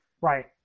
Right